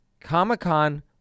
Comic-Con